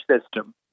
system